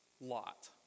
lot